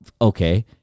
okay